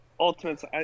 ultimates